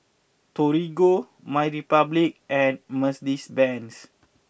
Torigo MyRepublic and Mercedes Benz